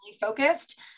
focused